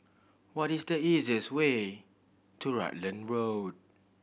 what is the easiest way to Rutland Road